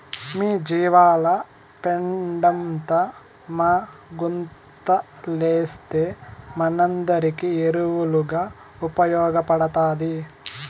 మీ జీవాల పెండంతా మా గుంతలేస్తే మనందరికీ ఎరువుగా ఉపయోగపడతాది